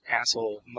asshole